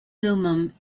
thummim